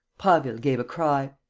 prasville gave a cry.